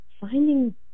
finding